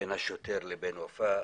בין השוטר לבין ופאא,